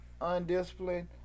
undisciplined